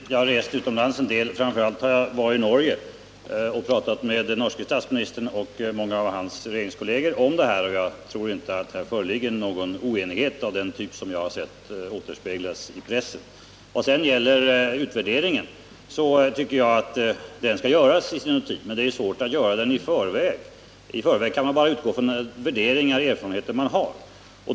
Herr talman! Det är riktigt att jag rest utomlands en del. Framför allt har jag varit i Norge och pratat med den norske statsministern och många av hans regeringskolleger om detta avtal, och jag tror inte att det föreligger någon oenighet av den typ som antytts i pressen. Jag tycker att utvärderingen skall göras i sinom tid. Men det är svårt att göra den i förväg. I förväg kan man bara utgå från de värderingar och erfarenheter man har.